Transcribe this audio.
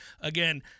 Again